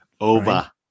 Over